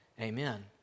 Amen